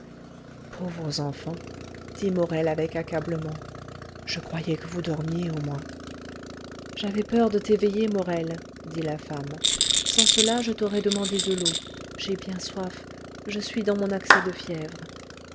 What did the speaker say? pauvres enfants dit morel avec accablement je croyais que vous dormiez au moins j'avais peur de t'éveiller morel dit la femme sans cela je t'aurais demandé de l'eau j'ai bien soif je suis dans mon accès de fièvre